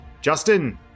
Justin